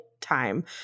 time